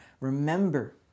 remember